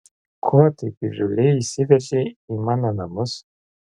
ko taip įžūliai įsiveržei į mano namus